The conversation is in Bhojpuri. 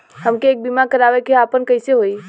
हमके एक बीमा करावे के ह आपन कईसे होई?